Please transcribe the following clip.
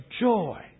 joy